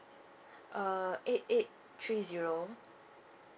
uh eight eight three zero